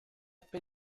per